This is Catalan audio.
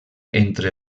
entre